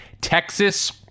Texas